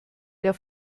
der